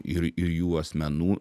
ir ir jų asmenų